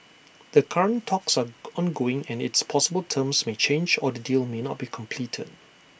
the current talks are ongoing and it's possible terms may change or the deal may not be completed